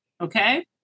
okay